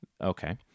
Okay